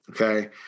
Okay